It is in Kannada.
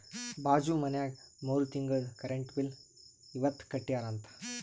ಬಾಜು ಮನ್ಯಾಗ ಮೂರ ತಿಂಗುಳ್ದು ಕರೆಂಟ್ ಬಿಲ್ ಇವತ್ ಕಟ್ಯಾರ ಅಂತ್